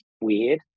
weird